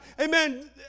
amen